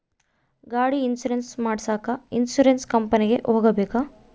ಗಾಡಿ ಇನ್ಸುರೆನ್ಸ್ ಮಾಡಸಾಕ ಇನ್ಸುರೆನ್ಸ್ ಕಂಪನಿಗೆ ಹೋಗಬೇಕಾ?